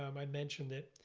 um i mentioned it.